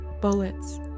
bullets